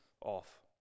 off